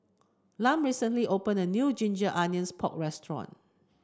Lum recently opened a new Ginger Onions Pork Restaurant